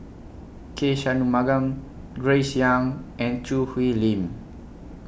K Shanmugam Grace Young and Choo Hwee Lim